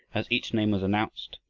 as each name was announced,